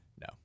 no